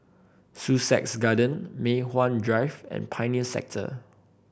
Sussex Garden Mei Hwan Drive and Pioneer Sector